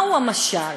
ומהו המשל,